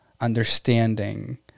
understanding